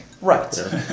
Right